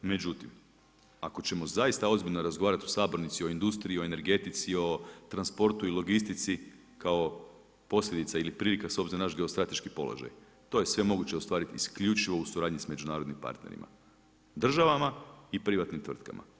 Međutim ako ćemo zaista ozbiljno razgovarati u sabornici o industriji, o energetici, o transportu i logistici kao posljedica ili prilika s obzirom na naš geostrateški položaj, to je sve moguće ostvariti isključivo u suradnji s međunarodnim partnerima, državama i privatnim tvrtkama.